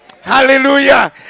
hallelujah